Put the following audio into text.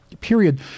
period